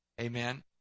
Amen